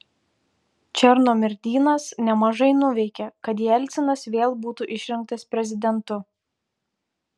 černomyrdinas nemažai nuveikė kad jelcinas vėl būtų išrinktas prezidentu